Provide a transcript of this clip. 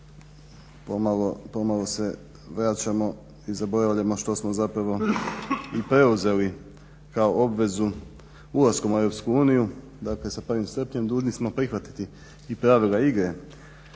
pomalo se vraćamo i zaboravljamo što smo zapravo i preuzeli kao obvezu ulaskom u EU. Dakle, sa 1.7. dužni smo prihvatiti i pravila igre,